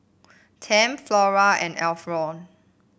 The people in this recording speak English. Tempt Flora and Emflor